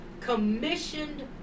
commissioned